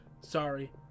sorry